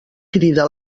crida